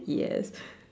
yes